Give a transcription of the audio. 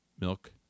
milk